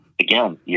again